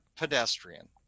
pedestrian